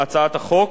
כי סמכות